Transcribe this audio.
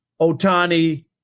Otani